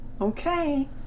Okay